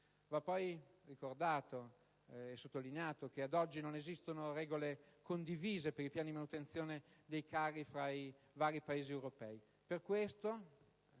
Va poi ricordato e sottolineato che ad oggi non esistono regole condivise per i piani di manutenzione dei carri fra i vari Paesi europei.